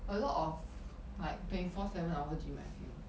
a lot of like twenty four seven hour gym eh I feel